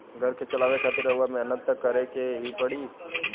घर के चलावे खातिर रउआ मेहनत त करें के ही पड़ी